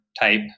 type